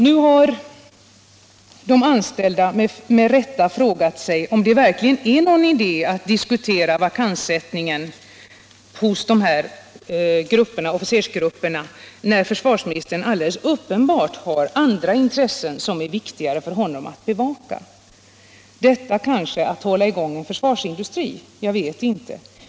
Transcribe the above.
Nu har de anställda med rätta frågat sig om det verkligen är någon idé att diskutera vakanssättningen hos de här officersgrupperna när försvarsministern alldeles uppenbart har andra intressen som är viktigare för honom att bevaka, kanske att hålla i gång en försvarsindustri — vad vet jag.